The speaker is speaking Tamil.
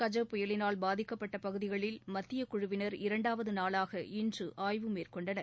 கஜ புயலினால் பாதிக்கப்பட்ட பகுதிகளில் மத்தியக் குழுவினர் இரண்டாவது நாளாக இன்று ஆய்வு மேற்கொண்டனர்